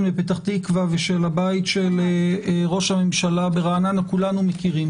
בפתח תקווה ושל הבית של ראש הממשלה ברעננה כולם מכירים.